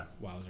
Wow